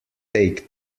take